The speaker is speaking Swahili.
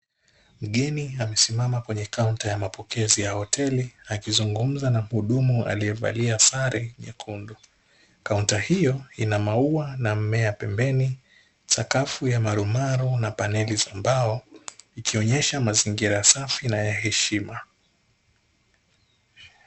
Mgeni amesimama kwenye kaunta ya mapokezi ya hoteli, akizungumza na mhudumu aliyevalia sare nyekundu. Kaunta hiyo ina maua na mmea pembeni, sakafu ya marumaru na paneli za mbao, ikionyesha mazingira safi na ya heshima.